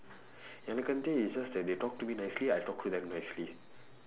எனக்கு வந்து:enakku vandthu it's just that they talk to me nicely I talk to them nicely